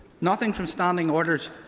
nothing from standing orders,